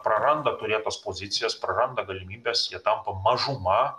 praranda turėtas pozicijas praranda galimybes tampa mažuma